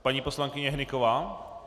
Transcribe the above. Paní poslankyně Hnyková.